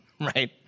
right